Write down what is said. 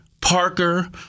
Parker